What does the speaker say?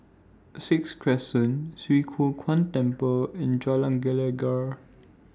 Sixth Crescent Swee Kow Kuan Temple and Jalan Gelegar